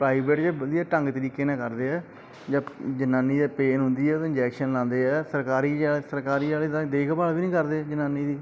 private 'ਚ ਵਧੀਆ ਢੰਗ ਤਰੀਕੇ ਨਾਲ ਕਰਦੇ ਆ ਜਦ ਜਨਾਨੀ ਦੇ ਪੇਨ ਹੁੰਦੀ ਹੈ ਇੰਜੈਕਸ਼ਨ ਲਾਉਂਦੇ ਆ ਸਰਕਾਰੀ ਆ ਸਰਕਾਰੀ ਵਾਲੇ ਤਾਂ ਦੇਖਭਾਲ ਵੀ ਨਹੀਂ ਕਰਦੇ ਜਨਾਨੀ ਦੀ